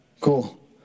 cool